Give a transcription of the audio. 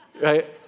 Right